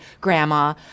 grandma